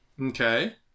Okay